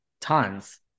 tons